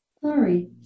Sorry